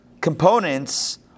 components